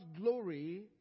glory